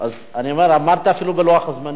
אני אומר, עמדת אפילו בלוח הזמנים.